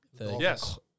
Yes